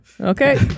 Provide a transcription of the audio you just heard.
Okay